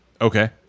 Okay